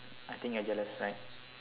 I think you're jealous right